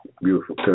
beautiful